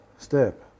step